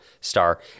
star